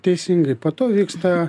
teisingai po to vyksta